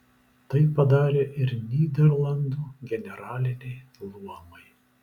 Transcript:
tai padarė ir nyderlandų generaliniai luomai